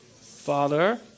Father